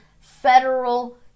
federal